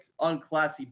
unclassy